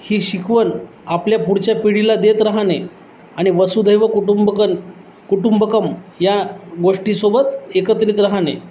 ही शिकवण आपल्या पुढच्या पिढीला देत राहणे आणि वसुधैव कुटुंबकन कुटुंबकम या गोष्टीसोबत एकत्रित राहणे